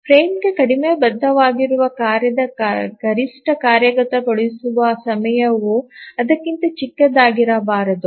ಫ್ರೇಮ್ಗೆ ಕಡಿಮೆ ಬದ್ಧವಾಗಿರುವ ಕಾರ್ಯದ ಗರಿಷ್ಠ ಕಾರ್ಯಗತಗೊಳಿಸುವ ಸಮಯವು ಅದಕ್ಕಿಂತ ಚಿಕ್ಕದಾಗಿರಬಾರದು